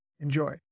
Enjoy